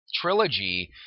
trilogy